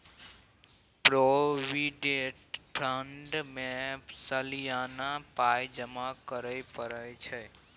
provident fund मे सलियाना पाइ जमा करय परय छै